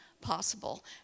possible